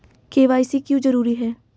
KYC क्यों जरूरी है?